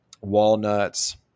walnuts